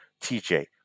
TJ